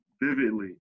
vividly